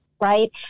right